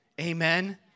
Amen